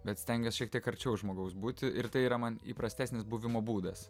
bet stengiuos šiek tiek arčiau žmogaus būti ir tai yra man įprastesnis buvimo būdas